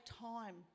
time